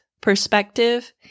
perspective